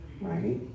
Right